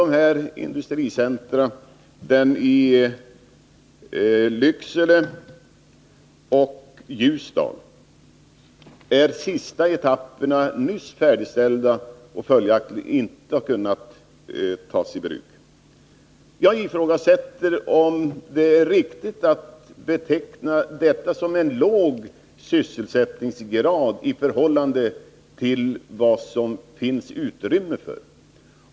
För två industricentra, i Lycksele och Ljusdal, gäller att sista etapperna nyss är färdigbyggda. Lokalerna har följaktligen inte kunnat tas i bruk. Jag ifrågasätter om det är riktigt att beteckna detta som en låg sysselsättning i förhållande till vad det finns utrymme för.